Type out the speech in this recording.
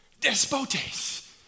despotes